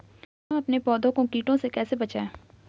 हम अपने पौधों को कीटों से कैसे बचाएं?